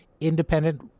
independent